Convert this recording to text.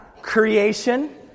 Creation